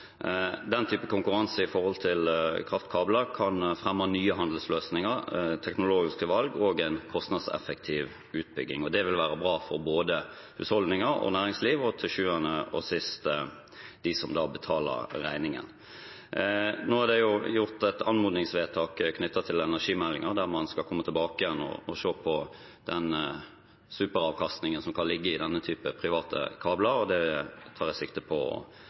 Den type konkurranse når det gjelder kraftkabler, kan fremme nye handelsløsninger, teknologiske valg og en kostnadseffektiv utbygging. Det vil være bra for både husholdninger og næringsliv – og til sjuende og sist for dem som betaler regningen. Det er gjort et anmodningsvedtak knyttet til energimeldingen, der man skal komme tilbake igjen og se på den superavkastningen som kan ligge i denne type private kabler. Det tar jeg sikte på